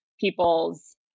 people's